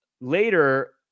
later